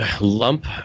lump